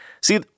See